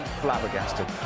flabbergasted